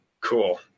cool